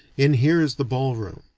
in here is the ballroom.